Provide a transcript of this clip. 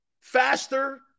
faster